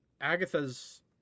Agatha's